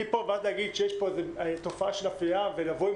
להגיד שיש פה תופעה של אפליה ולבוא עם